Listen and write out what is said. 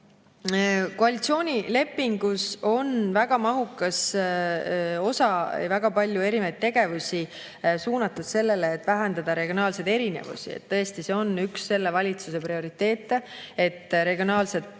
koalitsioonilepingus on väga mahukas osa ja väga palju erinevaid tegevusi suunatud sellele, et vähendada regionaalseid erinevusi. Tõesti see on üks selle valitsuse prioriteete, et regionaalset